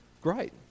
great